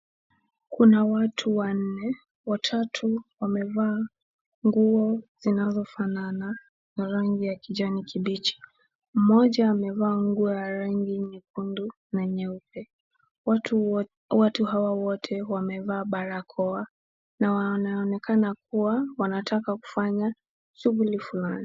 Kuna watu wanne, watatu wamevaa nguo zinazofanana, za rangi ya kijani kibichi. Mmoja amevaa nguo ya rangi nyekundu na nyeupe. Watu hawa wote wamevaa barakoa, na wanaonekana kuwa wanataka kufanya shughuli fulani.